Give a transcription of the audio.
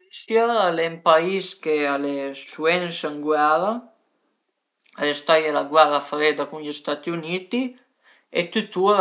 D'istà preferisu mangé dë cibi freit ël pi pusibul përché a fa caud e ënvece d'invern me cibo preferì